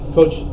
Coach